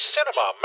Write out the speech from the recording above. Cinema